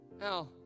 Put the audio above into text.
Now